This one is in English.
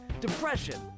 depression